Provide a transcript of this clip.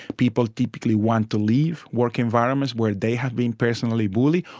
people typically want to leave work environments where they have been personally bullied,